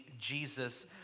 Jesus